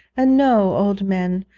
and know, old men,